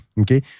Okay